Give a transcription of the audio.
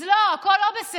אז לא, הכול לא בסדר.